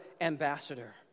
ambassador